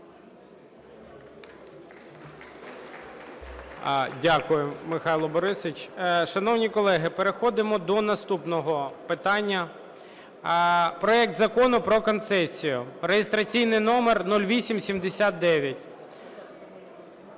Дякую, Махало Борисович. Шановні колеги, переходимо до наступного питання – проект Закону про концесію (реєстраційний номер 0879).